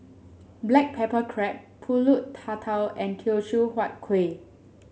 Black Pepper Crab pulut Tatal and Teochew Huat Kuih